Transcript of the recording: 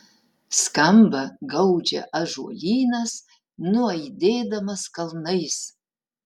skamba gaudžia ąžuolynas nuaidėdamas kalnais